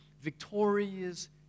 victorious